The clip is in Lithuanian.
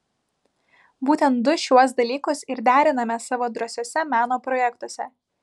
būtent du šiuos dalykus ir deriname savo drąsiuose meno projektuose